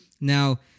Now